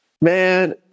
man